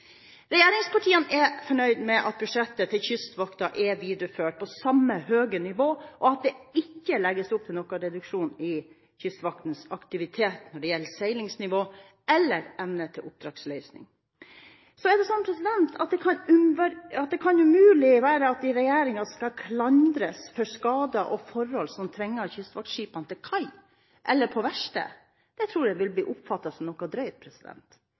Regjeringspartiene er fornøyd med at budsjettet til Kystvakten er videreført på samme høye nivå, og at det ikke legges opp til noen reduksjon i Kystvaktens aktivitet når det gjelder seilingsnivå og evne til oppdragsløsning. Så kan det umulig være slik at det er regjeringen som skal klandres for skader og forhold som tvinger kystvaktskipene til kai eller på verksted. Det tror jeg vil bli oppfattet som noe drøyt.